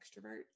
extrovert